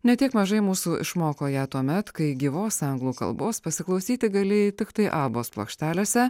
ne tiek mažai mūsų išmoko ją tuomet kai gyvos anglų kalbos pasiklausyti galėjai tiktai abos plokštelėse